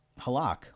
Halak